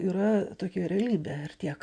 yra tokia realybė ir tiek